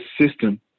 system